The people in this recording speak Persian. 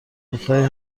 میخای